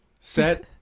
Set